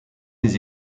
les